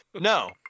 no